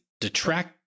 detract